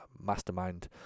Mastermind